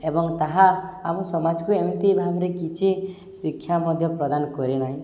ଏବଂ ତାହା ଆମ ସମାଜକୁ ଏମିତି ଭାବରେ କିଛି ଶିକ୍ଷା ମଧ୍ୟ ପ୍ରଦାନ କରେନାହିଁ